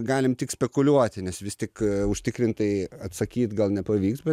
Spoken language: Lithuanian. galim tik spekuliuoti nes vis tik užtikrintai atsakyt gal nepavyks bet